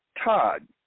Todd